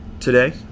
today